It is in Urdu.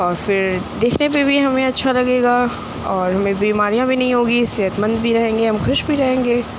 اور پھر دیکھنے پہ بھی ہمیں اچھا لگے گا اور ہمیں بیماریاں بھی نہیں ہوں گی صحتمند بھی رہیں گے ہم خوش بھی رہیں گے